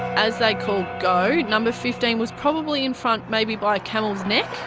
as they called go number fifteen was probably in front, maybe by a camel's neck.